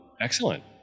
excellent